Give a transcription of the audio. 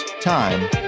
time